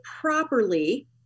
properly